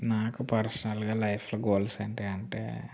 నాకు పర్సనల్గా లైఫ్లో గోల్స్ ఏంటి అంటే